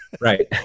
Right